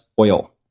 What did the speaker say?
oil